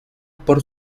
por